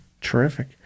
Terrific